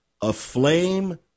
aflame